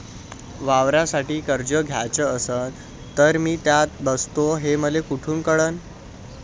वावरासाठी कर्ज घ्याचं असन तर मी त्यात बसतो हे मले कुठ कळन?